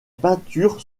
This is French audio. peintures